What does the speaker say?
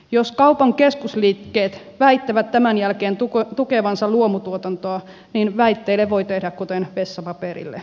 jos kaupan keskusliikkeet väittävät tämän jälkeen tukevansa luomutuotantoa niin väitteille voi tehdä kuten vessapaperille